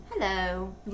Hello